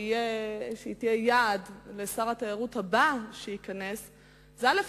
שתהיה יעד לשר התיירות הבא, היא, א.